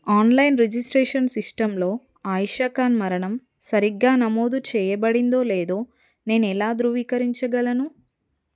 online registration సిస్టమ్లో ఆయిషా ఖాన్ మరణం సరిగ్గా నమోదు చేయబడిందో లేదో నేను ఎలా ధృవీకరించగలను